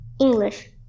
english